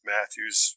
Matthews